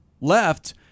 left